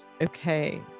Okay